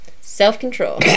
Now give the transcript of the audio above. Self-control